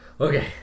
Okay